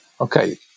okay